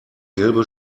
gelbe